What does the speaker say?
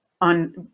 on